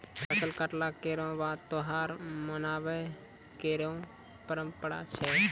फसल कटला केरो बाद त्योहार मनाबय केरो परंपरा छै